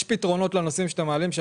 יש פתרונות לנושאים שאתם מעלים,